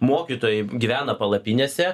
mokytojai gyvena palapinėse